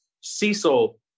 Cecil